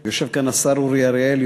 ויושב כאן השר אורי אריאל,